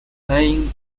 playing